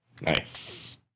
Nice